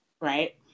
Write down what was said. right